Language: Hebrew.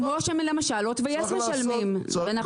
כמו שלמשל הוט ויס משלמים, ואנחנו נשמח.